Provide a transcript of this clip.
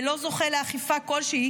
ולא זוכה לאכיפה כלשהי,